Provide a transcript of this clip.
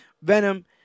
Venom